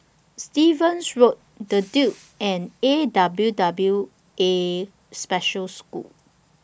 Stevens Road The Duke and A W W A Special School